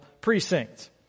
precinct